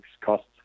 costs